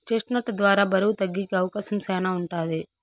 chest నట్ ద్వారా బరువు తగ్గేకి అవకాశం శ్యానా ఉంటది